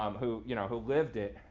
um who you know who lived it,